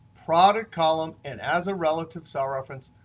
product column and as a relative cell reference,